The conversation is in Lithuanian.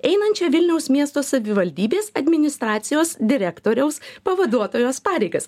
einančia vilniaus miesto savivaldybės administracijos direktoriaus pavaduotojos pareigas